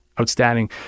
outstanding